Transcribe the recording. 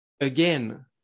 again